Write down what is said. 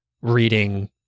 reading